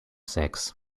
sex